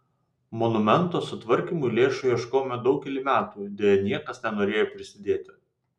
monumento sutvarkymui lėšų ieškojome daugelį metų deja niekas nenorėjo prisidėti